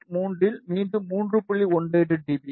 B